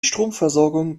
stromversorgung